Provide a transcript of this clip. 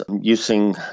Using